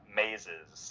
mazes